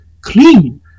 clean